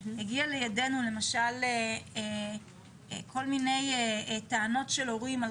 הגיע לידינו למשל כל מיני טענות של הורים על